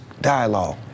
dialogue